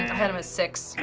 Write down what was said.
had him at six. and